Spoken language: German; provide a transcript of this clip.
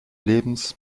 lebens